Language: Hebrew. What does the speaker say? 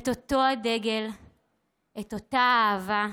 את אותו הדגל, את אותה האהבה,